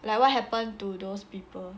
like what happened to those people